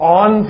on